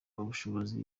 ubushobozi